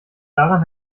daran